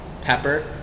pepper